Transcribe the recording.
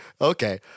okay